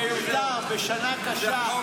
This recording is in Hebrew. זה מיותר, בשנה קשה.